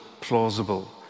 plausible